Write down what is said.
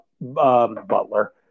butler